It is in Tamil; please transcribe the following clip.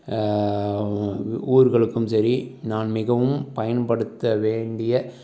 ஊர்களுக்கும் சரி நான் மிகவும் பயன்படுத்த வேண்டிய